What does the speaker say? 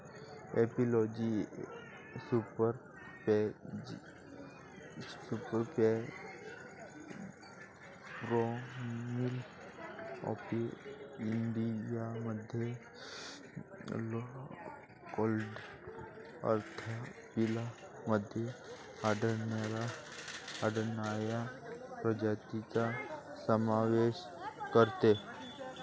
एपिलॉजी सुपरफॅमिली अपोइडियामधील clade Anthophila मध्ये आढळणाऱ्या प्रजातींचा समावेश करते